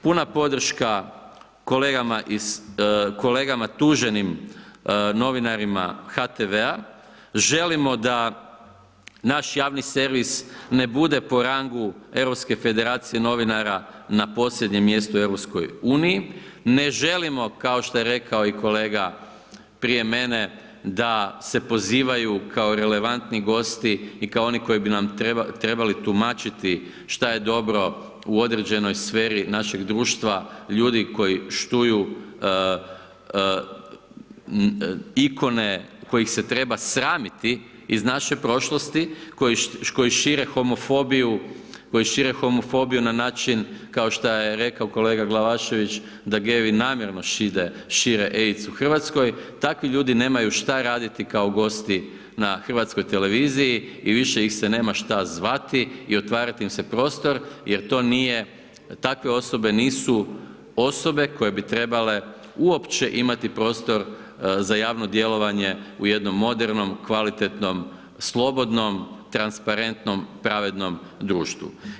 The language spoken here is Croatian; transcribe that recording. Puna podrška kolegama iz, kolegama tuženim novinarima HTV-a, želimo da naš javni servis ne bude po rangu Europske federacije novinara na posljednjem mjestu u EU, ne želimo, kao što je rekao i kolega prije mene da se pozivaju kao relevantni gosti i kao oni koji bi nam trebali tumačiti šta je dobro u određenoj sferi našeg društva, ljudi koji štuju ikone kojih se treba sramiti iz naše prošlosti, koji šire homofobiju, koji šire homofobiju na način, kao šta je rekao kolega Glavašević, da gevi namjerno šire AIDS u RH, takvi ljudi nemaju šta raditi kao gosti na HTV-u i više ih se nema šta zvati i otvarat im se prostor jer to nije, takve osobe nisu osobe koje bi trebale uopće imati prostor za javno djelovanje u jednom modernom, kvalitetnom, slobodnom, transparentnom, pravednom društvu.